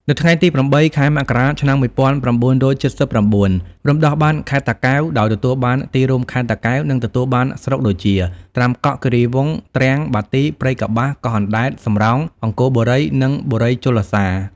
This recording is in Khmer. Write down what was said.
នៅថ្ងៃទី ០៨ ខែមករា ឆ្នាំ ១៩៧៩ រំដោះបានខេត្តតាកែវ ដោយទទួលបានទីរួមខេត្ត តាកែវ និងទទួលបានស្រុកដូចជា ត្រាំកក់ គីរីវង្ស ទ្រាំង បាទី ព្រៃកប្បាស កោះអណ្តែត សំរោង អង្គរបូរី និងបូរីជលសារ។